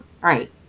right